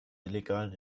illegalen